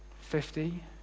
Fifty